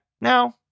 No